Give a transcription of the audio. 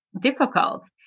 difficult